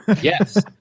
Yes